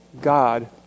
God